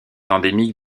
endémique